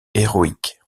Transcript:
héroïque